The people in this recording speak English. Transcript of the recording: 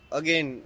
again